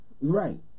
Right